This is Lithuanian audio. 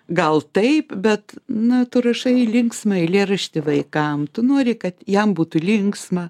gal taip bet na tu rašai linksmą eilėraštį vaikam tu nori kad jam būtų linksma